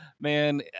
man